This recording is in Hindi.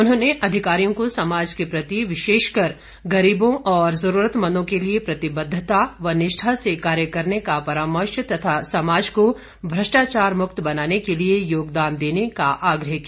उन्होंने अधिकारियों को समाज के प्रति विशेषकर गरीबों और जरूरतमंदों के लिए प्रतिबद्धता और निष्ठा से कार्य करने का परामर्श तथा समाज को भ्रष्टाचार मुक्त बनाने के लिए योगदान देने का आग्रह किया